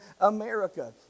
America